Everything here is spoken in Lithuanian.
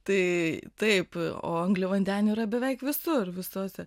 tai taip o angliavandenių yra beveik visur visose